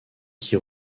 qui